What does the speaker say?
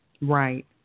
Right